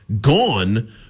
gone